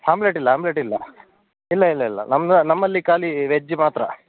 ಆಮ್ಲೆಟ್ಟಿಲ್ಲ ಆಮ್ಲೆಟ್ಟಿಲ್ಲ ಇಲ್ಲ ಇಲ್ಲ ಇಲ್ಲ ನಮ್ದು ನಮ್ಮಲ್ಲಿ ಖಾಲಿ ವೆಜ್ ಮಾತ್ರ